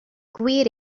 gwir